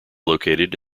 located